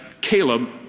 Caleb